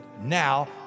now